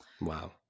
Wow